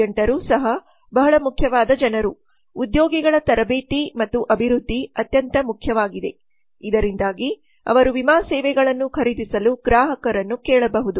ಏಜೆಂಟರು ಸಹ ಬಹಳ ಮುಖ್ಯವಾದ ಜನರು ಉದ್ಯೋಗಿಗಳ ತರಬೇತಿ ಮತ್ತು ಅಭಿವೃದ್ಧಿ ಅತ್ಯಂತ ಮುಖ್ಯವಾಗಿದೆ ಇದರಿಂದಾಗಿ ಅವರು ವಿಮಾ ಸೇವೆಗಳನ್ನು ಖರೀದಿಸಲು ಗ್ರಾಹಕರನ್ನು ಕೇಳಬಹುದು